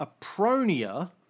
Apronia